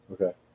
Okay